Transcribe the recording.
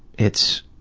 it's